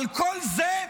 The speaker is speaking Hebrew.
אבל כל זה,